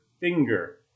finger